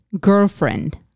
girlfriend